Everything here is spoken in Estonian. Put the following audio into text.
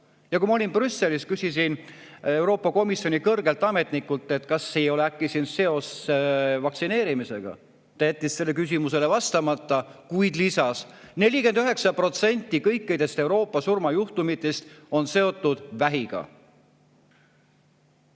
Kui ma olin Brüsselis, küsisin Euroopa Komisjoni kõrgelt ametnikult: kas ei ole äkki siin seos vaktsineerimisega? Ta jättis sellele küsimusele vastamata, kuid lisas, et 49% kõikidest Euroopa surmajuhtumitest on seotud vähiga.